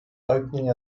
opening